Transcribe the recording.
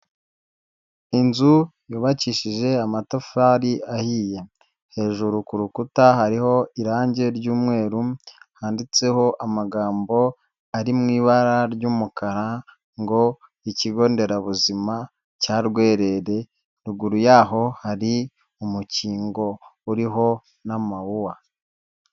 Inzu yubakishije amatafari ahiye. Hejuru ku rukuta hariho irangi ry'umweru handitseho amagambo ari mu ibara ry'umukara ngo "ikigo nderabuzima cya Rwerere", ruguru yaho hari umukingo uriho n'amawuwa.